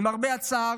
למרבה הצער,